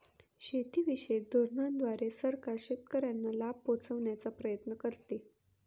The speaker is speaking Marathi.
शेतीविषयक धोरणांद्वारे सरकार शेतकऱ्यांना लाभ पोहचवण्याचा प्रयत्न करते